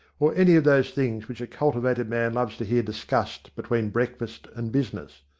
or any of those things which a cultivated man loves to hear discussed between breakfast and business.